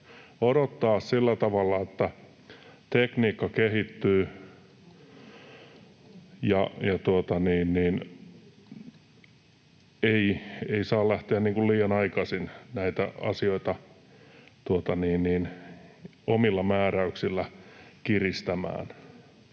odottaa sillä tavalla, että tekniikka kehittyy, eikä saa lähteä liian aikaisin näitä asioita omilla määräyksillä kiristämään.